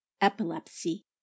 Epilepsy